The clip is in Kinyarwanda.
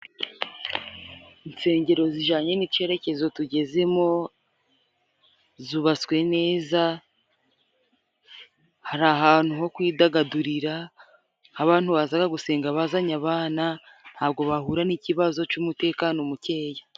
Insengero zijananye n'icerekezo tugeze mo zubatswe neza, hari ahantu ho kwidagadurira, aho abantu baza gusenga bazanye abana, ntabwo bahura n'ikibazo cy'umutekano mukeya.